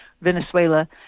Venezuela